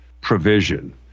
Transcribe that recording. provision